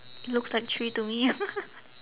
looks like three to me